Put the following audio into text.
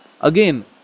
again